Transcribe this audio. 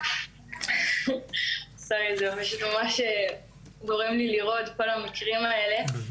אדוני היושב-ראש, אני מוכרחה להגיד משהו.